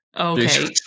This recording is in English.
Okay